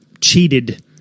cheated